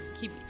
keep